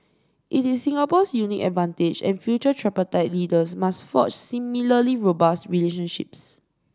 it is Singapore's unique advantage and future tripartite leaders must forge similarly robust relationships